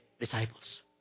disciples